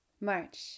March